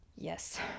Yes